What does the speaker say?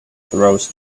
throws